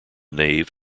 nave